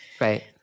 right